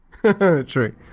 True